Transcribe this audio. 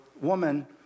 Woman